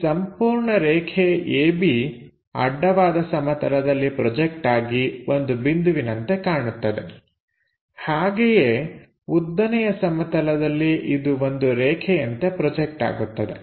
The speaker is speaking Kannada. ಈ ಸಂಪೂರ್ಣ ರೇಖೆ AB ಅಡ್ಡವಾದ ಸಮತಲದಲ್ಲಿ ಪ್ರೊಜೆಕ್ಟ್ ಆಗಿ ಒಂದು ಬಿಂದುವಿನಂತೆ ಕಾಣುತ್ತದೆ ಹಾಗೆಯೇ ಉದ್ದನೆಯ ಸಮತಲದಲ್ಲಿ ಇದು ಒಂದು ರೇಖೆಯಂತೆ ಪ್ರೊಜೆಕ್ಟ್ ಆಗುತ್ತದೆ